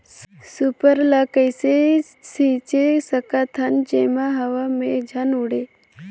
Super ल कइसे छीचे सकथन जेमा हवा मे झन उड़े?